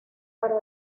para